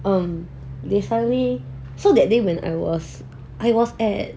um they suddenly so that day when I was I was at